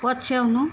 पछ्याउनु